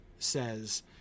says